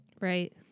Right